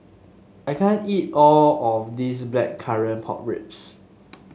I can't eat all of this Blackcurrant Pork Ribs